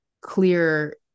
clear